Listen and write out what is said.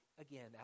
again